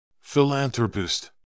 Philanthropist